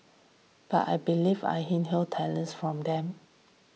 but I believe I inherited talents from them